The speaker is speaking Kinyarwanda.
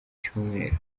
cyumweru